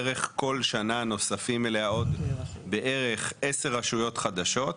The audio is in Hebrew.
בערך כל שנה נוספים אליה בערך עשר רשויות חדשות.